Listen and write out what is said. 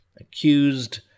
accused